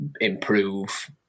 improve